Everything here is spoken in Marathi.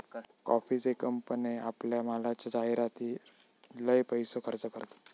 कॉफीचे कंपने आपल्या मालाच्या जाहीरातीर लय पैसो खर्च करतत